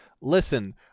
listen